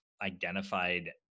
identified